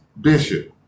Bishop